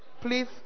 please